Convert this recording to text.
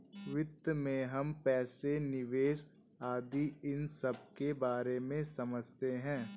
वित्त में हम पैसे, निवेश आदि इन सबके बारे में समझते हैं